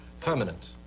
permanent